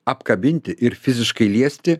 apkabinti ir fiziškai liesti